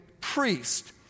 priest